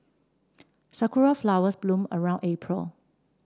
sakura flowers bloom around April